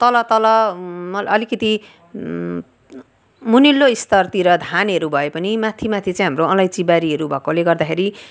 तल तल मल अलिकति मुनिलो स्तरतिर धानहरू भए पनि माथि माथि चाहिँ हाम्रो अलैँची बारीहरू भएकोले गर्दाखेरि